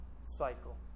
cycle